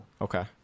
Okay